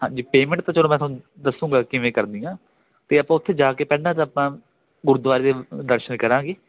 ਹਾਂਜੀ ਪੇਮੈਂਟ ਤਾਂ ਚਲੋ ਮੈਂ ਤੁਹਾਨੂੰ ਦੱਸੁੰਗਾ ਕਿਵੇਂ ਕਰਨੀ ਆ ਅਤੇ ਆਪਾਂ ਉੱਥੇ ਜਾ ਕੇ ਪਹਿਲਾਂ ਤਾਂ ਆਪਾਂ ਗੁਰਦੁਆਰੇ ਦੇ ਦਰਸ਼ਨ ਕਰਾਂਗੇ